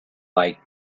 like